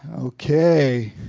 okay.